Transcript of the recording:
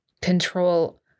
control